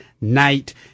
night